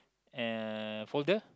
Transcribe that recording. uh folder